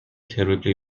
terribly